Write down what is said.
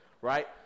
right